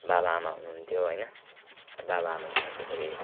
बाबाआमा हुनुहुन्थ्यो हैन बाबाआमासँग त्यसरी